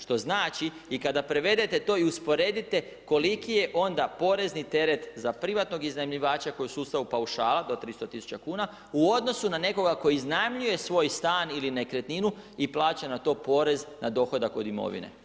Što znači i kada prevedete to i usporedite koliko je onda porezni teret za privatnog iznajmljivača koji je u sustavu paušala do 300 tisuća kuna u odnosu na nekoga tko iznajmljuje svoj stan ili nekretninu i plaća na to porez na dohodak od imovine.